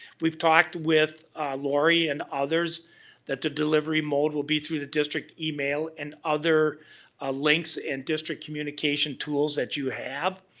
we've talked with lori and others that the delivery mode will be through the district email and other ah links in and district communication tools that you have,